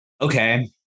Okay